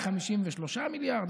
53 מיליארד.